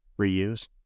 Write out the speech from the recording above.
reuse